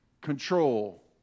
control